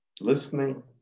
listening